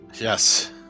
Yes